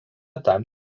tam